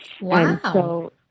Wow